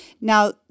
Now